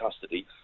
custody